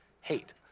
hate